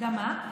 מה?